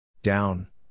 Down